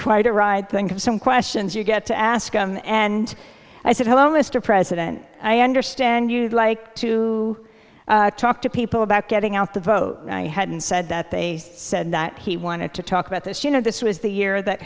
quite a ride think of some questions you get to ask and i said hello mr president i understand you'd like to talk to people about getting out the vote and i hadn't said that they said that he wanted to talk about this you know this was the year that